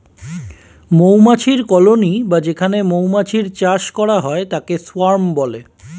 মৌমাছির কলোনি বা যেখানে মৌমাছির চাষ করা হয় তাকে সোয়ার্ম বলে